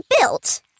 built